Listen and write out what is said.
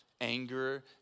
anger